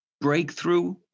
breakthrough